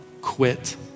quit